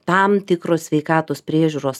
tam tikros sveikatos priežiūros